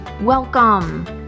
Welcome